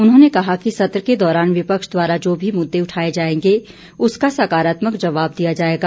उन्हों कहा कि सत्र के दौरान विपक्ष द्वारा जो भी मुद्दे उठाए जाएंगे उसका सकारात्मक जवाब दिया जाएगा